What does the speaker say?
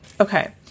Okay